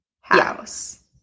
house